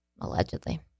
Allegedly